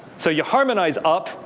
so you harmonize up,